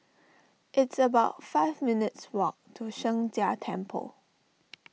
it's about five minutes' walk to Sheng Jia Temple